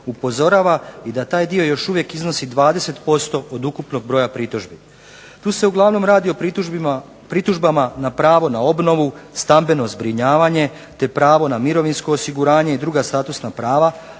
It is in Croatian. upozorava i da taj dio još uvijek iznosi 20% od ukupnog broja pritužbi. Tu se uglavnom radi o pritužbama na pravo na obnovu, stambeno zbrinjavanje, te pravo na mirovinsko osiguranje i druga statusna prava,